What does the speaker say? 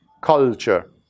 culture